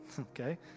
okay